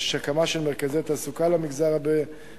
יש הקמה של מרכזי תעסוקה למרכז הבדואי.